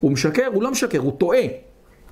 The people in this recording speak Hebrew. הוא משקר, הוא לא משקר, הוא טועה.